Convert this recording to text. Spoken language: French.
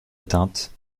éteinte